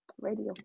radio